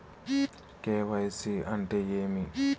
KYC అంటే ఏమి?